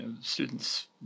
students